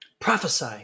Prophesy